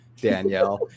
Danielle